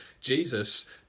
Jesus